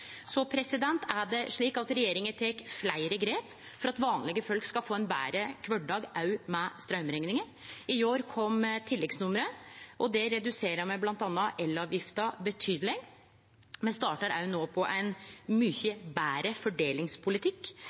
det hasta å kome til Stortinget no, slik at me rakk å få til den ekstraordinære utbetalinga for november. Regjeringa tek fleire grep for at vanlege folk skal få ein betre kvardag òg med straumregninga. I går kom tilleggsnummeret, og der reduserer me bl.a. elavgifta betydeleg. Me startar no